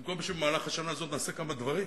במקום שבמהלך השנה הזאת נעשה כמה דברים.